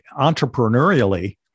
entrepreneurially